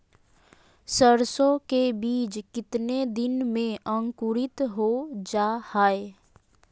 सरसो के बीज कितने दिन में अंकुरीत हो जा हाय?